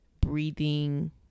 breathing